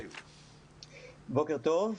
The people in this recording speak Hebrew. בוקר טוב.